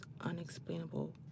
unexplainable